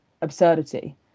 absurdity